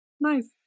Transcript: nice